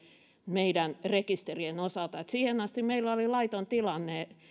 meidän rekisteriemme osalta siihen asti meillä oli laiton tilanne